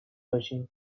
باشیم